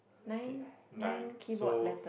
okay nine so